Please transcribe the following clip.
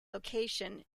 location